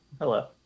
hello